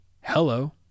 hello